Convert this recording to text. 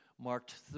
marked